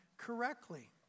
Correctly